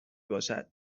باشد